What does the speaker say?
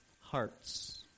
hearts